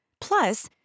Plus